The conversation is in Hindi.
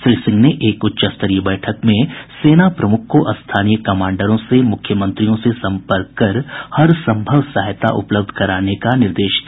श्री सिंह ने एक उच्च स्तरीय बैठक में सेना प्रमुख को स्थानीय कमांडरों से मुख्यमंत्रियों से संपर्क कर हर संभव सहायता उपलब्ध कराने का निर्देश दिया